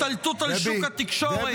השתלטות על שוק התקשורת -- לא לא לא.